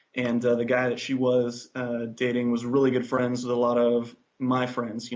and the guy that she was dating was really good friends with a lot of my friends, you